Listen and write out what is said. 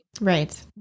Right